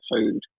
food